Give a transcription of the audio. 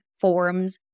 forms